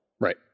Right